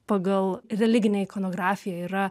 pagal religinę ikonografiją yra